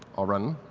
i'll run,